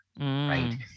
Right